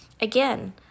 Again